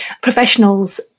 professionals